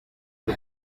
cyo